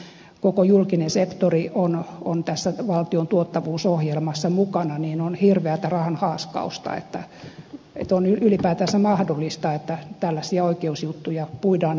kun koko julkinen sektori on tässä valtion tuottavuusohjelmassa mukana niin on hirveätä rahan haaskausta että on ylipäätänsä mahdollista että tällaisia oikeusjuttuja puidaan afrikassa